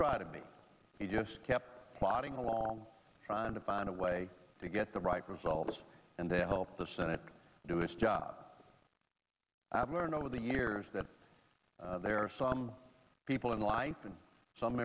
try to be he just kept plodding along trying to find a way to get the right results and they helped the senate do its job i've learned over the years that there are some people in life and some